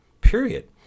period